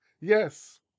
yes